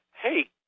Hey